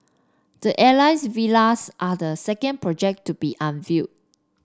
the Alias Villas are the second project to be unveiled